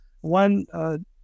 one